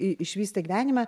išvysta gyvenimą